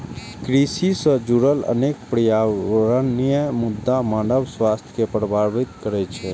कृषि सं जुड़ल अनेक पर्यावरणीय मुद्दा मानव स्वास्थ्य कें प्रभावित करै छै